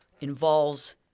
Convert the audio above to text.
involves